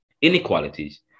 inequalities